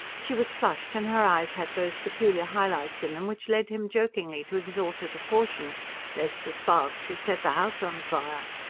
she was flushed, and her eyes had those peculiar high-lights in them which led him jokingly to exhort her to caution lest the sparks should set the house on fire!